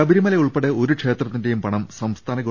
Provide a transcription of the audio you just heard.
ശബരിമല ഉൾപ്പെടെ ഒരു ക്ഷേത്രത്തിന്റെയും പണം സംസ്ഥാന ഗവ